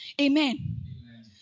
Amen